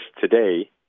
today